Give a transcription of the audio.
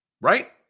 Right